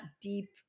deep